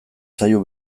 zaio